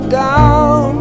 down